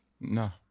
No